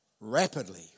rapidly